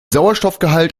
sauerstoffgehalt